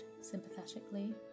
sympathetically